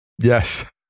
Yes